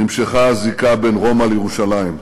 נמשכה הזיקה בין רומא לירושלים.